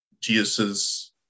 Jesus